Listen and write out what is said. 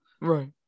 Right